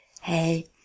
hey